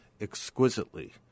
exquisitely